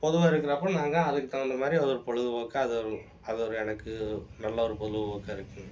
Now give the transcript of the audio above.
பொதுவாக இருக்கிறப்ப நாங்கள் அதுக்கு தகுந்த மாதிரி அது ஒரு பொழுதுபோக்காக அது ஒரு அது ஒரு எனக்கு நல்ல ஒரு பொழுதுபோக்காக இருக்குங்க